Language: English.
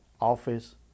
office